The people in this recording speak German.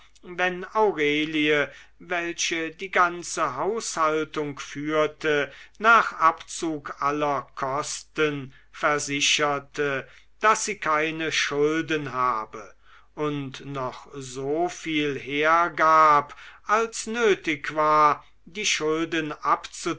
wenn aurelie welche die ganze haushaltung führte nach abzug aller kosten versicherte daß sie keine schulden habe und noch so viel hergab als nötig war die schulden